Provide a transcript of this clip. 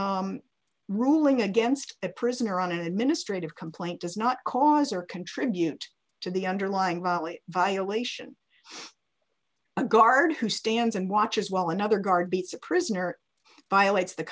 circuit ruling against a prisoner on an administrative complaint does not cause or contribute to the underlying volley violation a guard who stands and watches while another guard beats a prisoner violates the